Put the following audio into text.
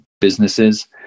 businesses